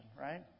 right